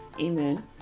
amen